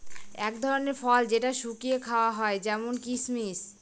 এক ধরনের ফল যেটা শুকিয়ে খাওয়া হয় যেমন কিসমিস